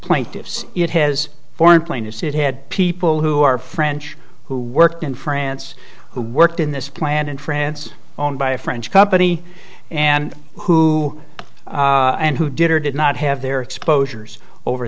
plaintiffs it has foreign plaintiffs it had people who are french who worked in france who worked in this plant in france owned by a french company and who and who did or did not have their exposures over